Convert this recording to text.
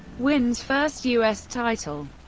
wins first u s. title